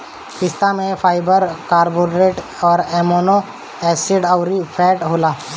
पिस्ता में fibre, carbohydrate, amino acid अउरी फैट होला